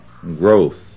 growth